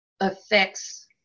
Affects